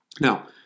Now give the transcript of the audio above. Now